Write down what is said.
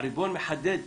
הריבון מחדד בנהלים,